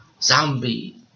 Zombie